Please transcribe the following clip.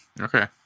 okay